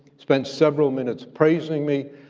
spent several minutes praising me,